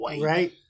Right